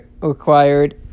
required